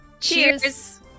Cheers